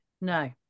no